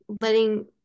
letting